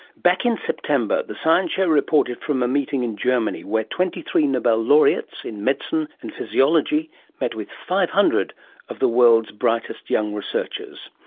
back in september the science show reported from a meeting in germany where twenty three nobel laureates in medicine and physiology met with five hundred of the world's brightest young researchers.